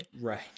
Right